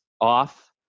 off